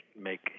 make